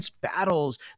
battles